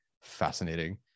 fascinating